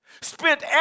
spent